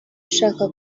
ishaka